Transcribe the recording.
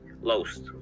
lost